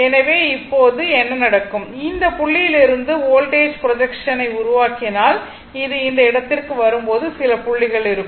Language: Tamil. எனவே இப்போது என்ன நடக்கும் இந்த புள்ளியிலிருந்து வோல்டேஜ் ப்ரொஜெக்ஷன் ஐ உருவாக்கினால் இது இந்த இடத்திற்கு வரும்போது சில புள்ளிகள் இருக்கும்